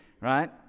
Right